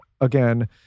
again